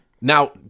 Now –